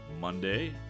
Monday